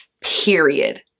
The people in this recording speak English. period